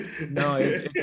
no